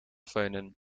föhnen